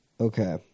Okay